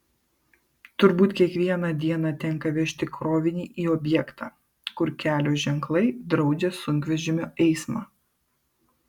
turbūt kiekvieną dieną tenka vežti krovinį į objektą kur kelio ženklai draudžia sunkvežimio eismą